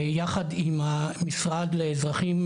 יחד עם המשרד לאזרחים,